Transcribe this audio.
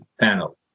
panel